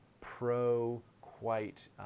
pro-quite